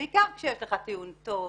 בעיקר כשיש לך טיעון טוב,